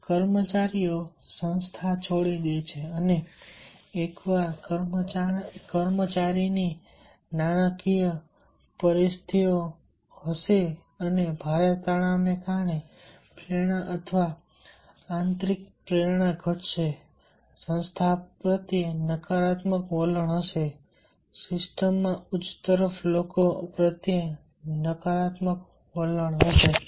કર્મચારીઓ કર્મચારીઓ સંસ્થા છોડી દે છે અને એકવાર કર્મચારીની નાણાકીય પરિસ્થિતિઓ હશે અને ભારે તણાવને કારણે પ્રેરણા અથવા આંતરિક પ્રેરણા ઘટશે સંસ્થા પ્રત્યે નકારાત્મક વલણ હશે સિસ્ટમમાં ઉચ્ચ તરફ લોકો પ્રત્યે નકારાત્મક વલણ હશે